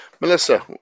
melissa